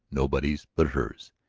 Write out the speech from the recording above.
nobody's but hers.